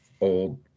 old